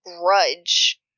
grudge